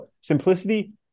simplicity